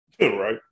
Right